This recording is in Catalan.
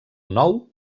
nou